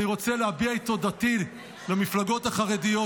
אני רוצה להביע את תודתי למפלגות החרדיות,